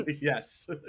yes